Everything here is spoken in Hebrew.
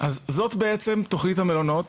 זאת בעצם תוכנית המלונות.